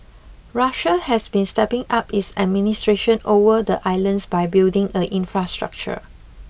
Russia has been stepping up its administration over the islands by building a infrastructure